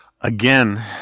again